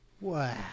Wow